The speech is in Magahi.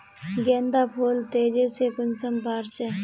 गेंदा फुल तेजी से कुंसम बार से?